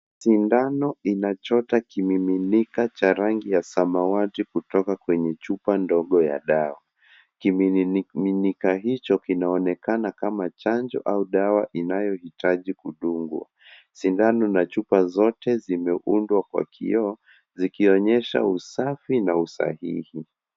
Sindano inachota kimiminika cha rangi ya samawati kutoka kwenye chupa ndogo ya dawa. Kimiminika hicho kinaonekana kama chanjo au dawa inayohitaji kudungwa. Sindano na chupa zote zimeundwa kwa kioo zikionyesha usafi na usahihi.